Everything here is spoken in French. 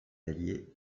alliés